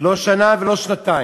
לא שנה ולא שנתיים.